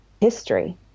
history